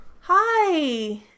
Hi